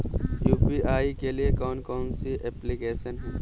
UPI के लिए कौन कौन सी एप्लिकेशन हैं?